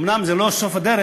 אומנם זה לא סוף הדרך.